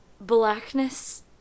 Blackness